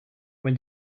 when